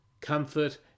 comfort